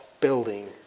building